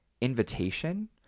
invitation